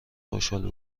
خوشحال